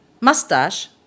Mustache